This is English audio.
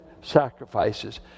sacrifices